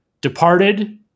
Departed